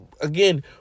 Again